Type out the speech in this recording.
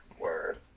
Word